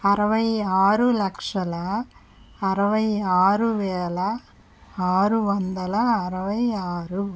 అరవై ఆరు లక్షల అరవై ఆరు వేల ఆరు వందల అరవై ఆరు